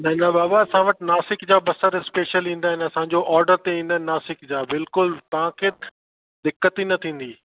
न न बाबा असां वटि नासिक जा बसर स्पेशल ईंदा आहिनि असांजो ऑर्डर ते ईंदा आहिनि नासिक जा बिल्कुलु तव्हांखे दिक़त ई न थींदी